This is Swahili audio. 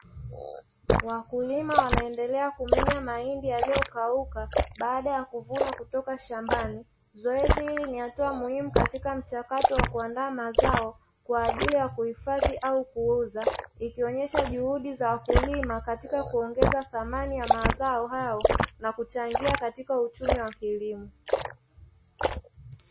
Wakulima wanaendelea kumenya mahindi yaliyokauka baada ya kuvuna kutoka shambani, zoezi hili ni hatua muhimu katika mchakato wa kuandaa mazao kwa ajili ya kuhifadhi au kuuza ikionyesha juhudi za wakulima katika kuongeza thamani ya mazao hayo na kuchangia katika uchumi wa kilimo.